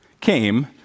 came